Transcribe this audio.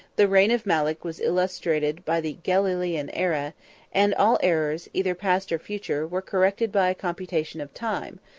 the reign of malek was illustrated by the gelalaean aera and all errors, either past or future, were corrected by a computation of time,